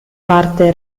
parte